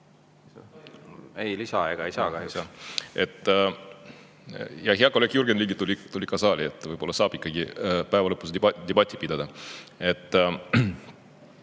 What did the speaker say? Ei, lisaaega ei saa. Hea kolleeg Jürgen Ligi tuli ka saali, võib-olla saab ikkagi lõpuks debatti pidada.